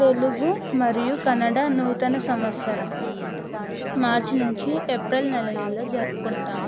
తెలుగు మరియు కన్నడ నూతన సంవత్సరం మార్చి నుండి ఏప్రిల్ నెలలలో జరుపుకుంటాము